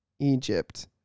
Egypt